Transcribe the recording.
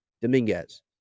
Dominguez